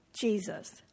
Jesus